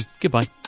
goodbye